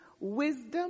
wisdom